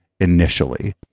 initially